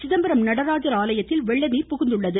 சிதம்பரம் நடராஜர் ஆலயத்தில் வெள்ள நீர் புகுந்துள்ளது